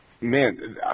Man